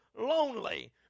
lonely